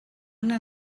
una